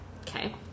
Okay